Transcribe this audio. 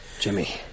Jimmy